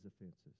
offenses